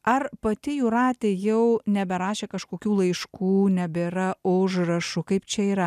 ar pati jūratė jau neberašė kažkokių laiškų nebėra užrašų kaip čia yra